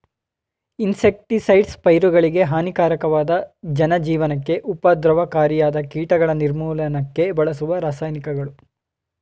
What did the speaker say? insecticides ಪೈರುಗಳಿಗೆ ಹಾನಿಕಾರಕವಾದ ಜನಜೀವನಕ್ಕೆ ಉಪದ್ರವಕಾರಿಯಾದ ಕೀಟಗಳ ನಿರ್ಮೂಲನಕ್ಕೆ ಬಳಸುವ ರಾಸಾಯನಿಕಗಳು